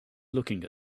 looking